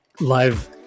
live